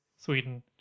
Sweden